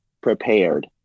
prepared